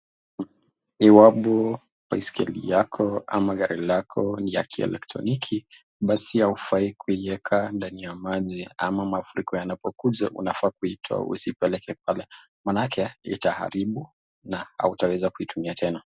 Iwapo baiskeli lako ama gari lako ni lanjia la kielektroniki hufaikuiweka ndani ya maji ama mafuriko yanapokuja unafaa kuitoa usipeleke manake utaharibu na hautaweza kuitumia tena